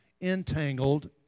entangled